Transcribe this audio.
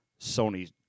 Sony